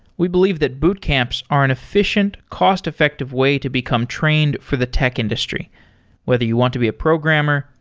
we believe that boot camps are an efficient, cost-effective way to become trained for the tech industry whether you want to be a programmer,